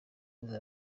ubumwe